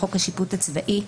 לחוק השיפוט הצבאי.